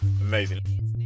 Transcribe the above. Amazing